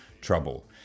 trouble